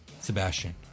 Sebastian